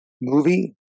movie